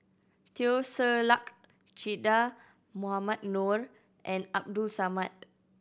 Teo Ser Luck Che Dah Mohamed Noor and Abdul Samad